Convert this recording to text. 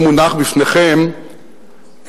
שמונח בפניכם,